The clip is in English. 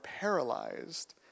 paralyzed